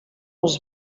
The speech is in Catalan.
els